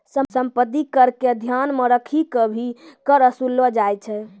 सम्पत्ति कर क ध्यान मे रखी क भी कर वसूललो जाय छै